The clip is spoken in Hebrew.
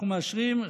אנחנו מאשרים,